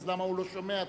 אז למה הוא לא שומע טוב?